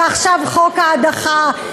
ועכשיו חוק ההדחה.